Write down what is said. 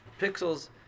pixels